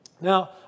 Now